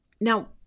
Now